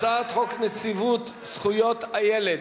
הצעת חוק נציבות זכויות הילד,